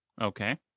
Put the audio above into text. Okay